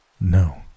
no